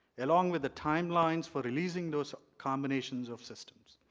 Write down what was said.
along with the timelines for releasing those combinations of systems.